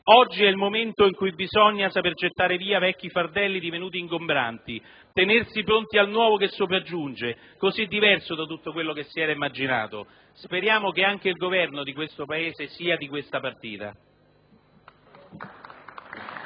«Oggi è il momento in cui bisogna saper gettare via vecchi fardelli divenuti ingombranti, tenersi pronti al nuovo che sopraggiunge, così diverso da tutto quello che si era immaginato...». Speriamo che anche il Governo di questo Paese sia della partita.